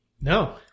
no